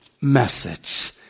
message